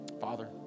Father